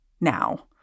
now